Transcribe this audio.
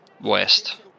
West